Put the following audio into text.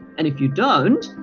and if you don't,